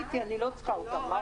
בשעה 10:38 ונתחדשה בשעה 11:07.) טוב.